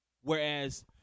Whereas